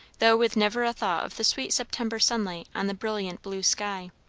though with never a thought of the sweet september sunlight on the brilliant blue sky.